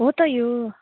हो त यो